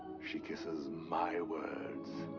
she kisses my words.